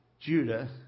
Judah